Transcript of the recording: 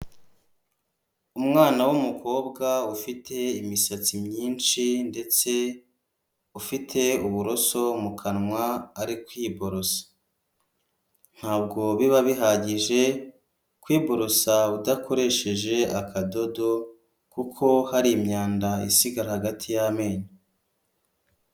Umwana w'umukobwa ufite imisatsi myinshi ndetse ufite uburoso mu kanwa ari kwiborosa ntabwo biba bihagije kwiborosa udakoresheje akadodo kuko hari imyanda isiga hagati y'amenyo.